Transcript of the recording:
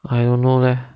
don't know leh